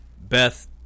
Beth